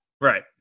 Right